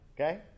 Okay